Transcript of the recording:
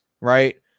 right